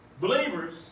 Believers